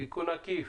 העקיף?